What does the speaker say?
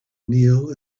kneel